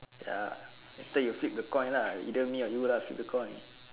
wait ah later you flip the coin lah either me or you lah flip the coin